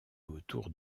autour